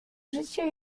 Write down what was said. życie